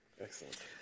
Excellent